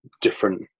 different